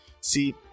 See